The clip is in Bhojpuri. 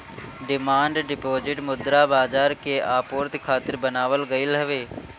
डिमांड डिपोजिट मुद्रा बाजार के आपूर्ति खातिर बनावल गईल हवे